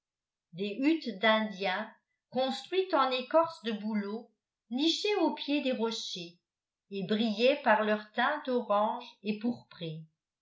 des huttes d'indiens construites en écorce de bouleau nichaient au pied des rochers et brillaient par leurs teintes oranges et